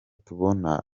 tubona